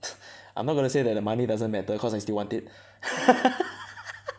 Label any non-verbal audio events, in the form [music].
I'm not gonna say that the money doesn't matter cause I still want it [laughs]